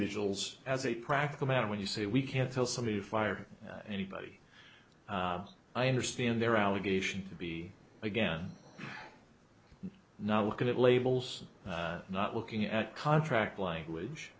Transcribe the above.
individuals as a practical matter when you say we can't kill somebody fire anybody i understand their allegation to be again not looking at labels not looking at contract language